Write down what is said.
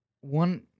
one